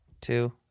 two